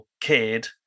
kid